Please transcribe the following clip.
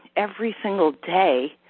every single day,